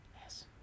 yes